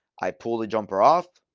i pull the jumper off,